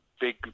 big